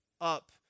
up